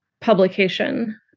publication